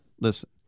Listen